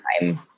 time